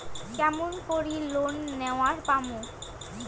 কেমন করি লোন নেওয়ার পামু?